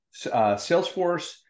Salesforce